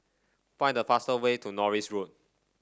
find the fastest way to Norris Road